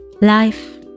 life